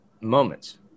moments